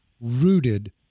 rooted